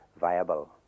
viable